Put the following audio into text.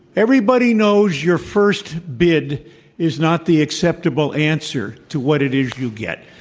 everybody knows your first bid is not the acceptable answer to what it is you get.